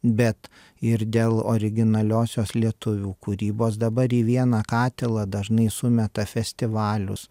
bet ir dėl originaliosios lietuvių kūrybos dabar į vieną katilą dažnai sumeta festivalius